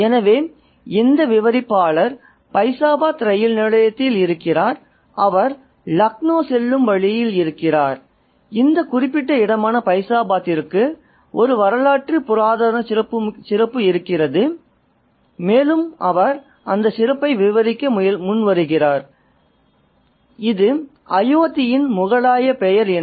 எனவே இந்த விவரிப்பாளர் பைசாபாத் ரயில் நிலையத்தில் இருக்கிறார் அவர் லக்னோ செல்லும் வழியில் இருக்கிறார் இந்த குறிப்பிட்ட இடமான பைசாபாத்திற்கு ஒரு வரலாற்று புராண மத சூழலை விவரிக்க அவர் முன்வருகிறார் மேலும் அவர் கூறுகிறார் இது அயோத்தியின் முகலாய பெயர் என்று